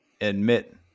admit